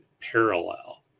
parallel